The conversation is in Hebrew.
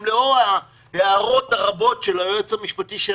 גם לאור ההערות הרבות של היועץ המשפטי של